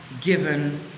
given